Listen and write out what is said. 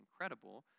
incredible